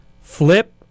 Flip